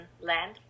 Land